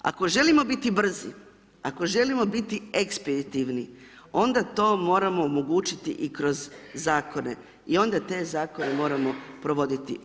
Ako želimo biti brzi, ako želimo biti ekspeditivni, onda to moramo omogućiti i kroz Zakone i onda te Zakone moramo provoditi.